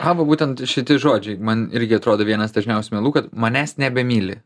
aha va būtent šiti žodžiai man irgi atrodo vienas dažniausių melų kad manęs nebemyli